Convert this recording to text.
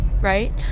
right